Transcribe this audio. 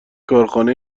کارخانه